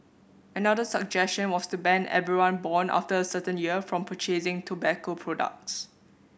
another suggestion was to ban everyone born after a certain year from purchasing tobacco products